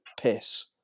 piss